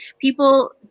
People